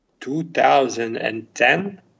2010